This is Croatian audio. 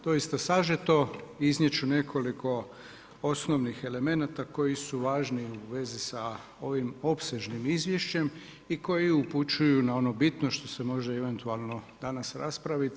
Doista sažeto iznijeti ću nekoliko osnovnih elemenata koji su važni u vezi sa ovim opsežnim izvješćem i koji upućuju na ono bitno što se može eventualno danas raspraviti.